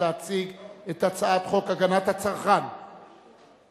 להציג את הצעת חוק הגנת הצרכן (תיקון,